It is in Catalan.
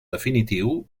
definitiu